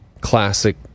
classic